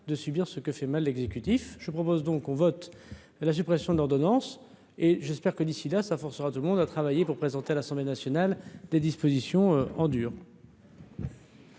de subir ce que fait mal l'exécutif je propose donc on vote la suppression de l'ordonnance et j'espère que d'ici là ça forcera tout le monde a travaillé pour présenter à l'Assemblée nationale, des dispositions en dur.